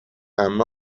عمه